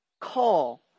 Call